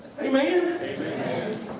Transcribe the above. Amen